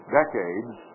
decades